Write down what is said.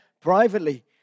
Privately